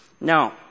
Now